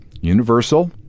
Universal